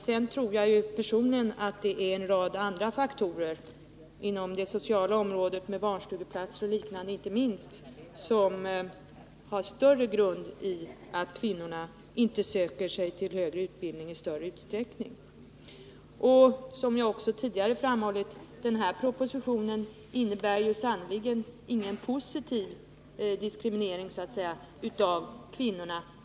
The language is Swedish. Sedan tror jag personligen att det är en rad andra faktorer inom det sociala området — det gäller inte minst barnstugeplatser — som är viktigare skäl till att kvinnorna inte söker sig till högre utbildning i större utsträckning. Som jag också tidigare framhållit innebär den här propositionen sannerligen ingen ”positiv diskriminering” av kvinnorna.